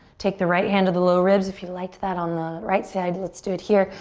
take the right hand of the low ribs, if you liked that on the right side let's do it here.